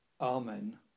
Amen